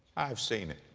i have seen it.